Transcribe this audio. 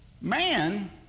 Man